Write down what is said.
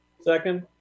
Second